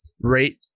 Rate